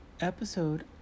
episode